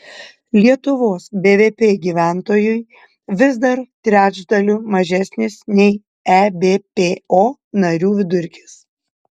lietuvos bvp gyventojui vis dar trečdaliu mažesnis nei ebpo narių vidurkis